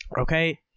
Okay